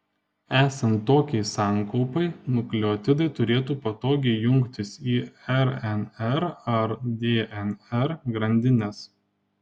esant tokiai sankaupai nukleotidai turėtų patogiai jungtis į rnr ar dnr grandines